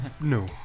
No